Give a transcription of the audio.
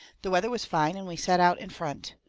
the weather was fine, and we set out in front.